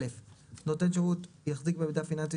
27. (א) נותן שירות יחזיק במידע פיננסי